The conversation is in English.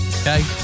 Okay